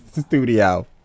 studio